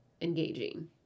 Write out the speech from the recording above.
engaging